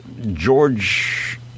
George